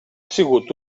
sigut